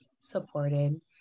supported